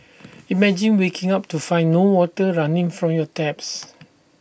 imagine waking up to find no water running from your taps